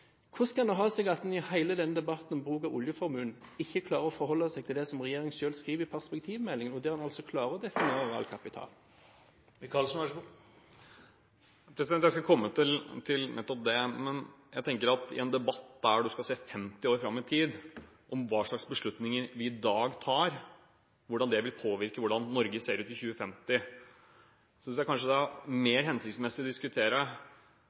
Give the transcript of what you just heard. Hvordan kan det ha seg at en i hele denne debatten om bruk av oljeformuen, ikke klarer å forholde seg til det som regjeringen selv skriver i perspektivmeldingen, og der en altså klarer å definere realkapital? Jeg skal komme til det, men i en debatt der en skal se 50 år fram i tid – hvordan de beslutningene vi tar i dag, vil påvirke hvordan Norge ser ut i 2050 – synes jeg kanskje det er mer hensiktsmessig å diskutere